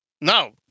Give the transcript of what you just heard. Now